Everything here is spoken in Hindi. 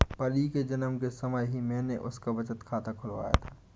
परी के जन्म के समय ही मैने उसका बचत खाता खुलवाया था